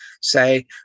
say